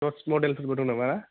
notes मडेलफोरबो दं नामा